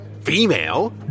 female